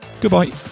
goodbye